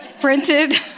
printed